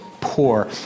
poor